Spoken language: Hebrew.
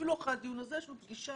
אפילו אחרי הדיון הזה יש לנו פגישה